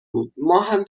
بود، ماهم